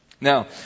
Now